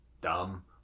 dumb